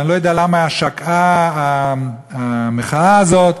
ואני לא יודע למה שקעה המחאה הזו.